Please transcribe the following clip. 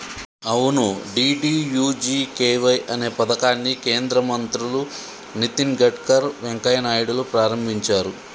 అవును డి.డి.యు.జి.కే.వై అనే పథకాన్ని కేంద్ర మంత్రులు నితిన్ గడ్కర్ వెంకయ్య నాయుడులు ప్రారంభించారు